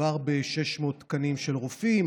מדובר ב-600 תקנים של רופאים,